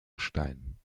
gestein